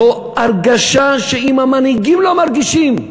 זו הרגשה שאם המנהיגים לא מרגישים,